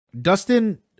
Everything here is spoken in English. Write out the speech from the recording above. dustin